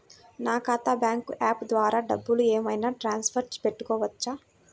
నా ఖాతా bank app ద్వారా డబ్బులు ఏమైనా ట్రాన్స్ఫర్ పెట్టుకోవచ్చా?